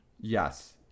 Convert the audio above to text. Yes